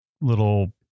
little